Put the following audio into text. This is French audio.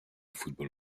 football